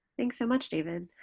thanks so much, david.